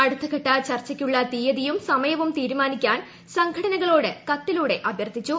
അടുത്ത ഘട്ട ചർച്ചയ്ക്കുള്ള തീയതിയും സമയവും തീരുമാനിക്കാൻ സംഘടനകളോട് കത്തിലൂടെ അഭ്യർത്ഥിച്ചു